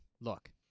look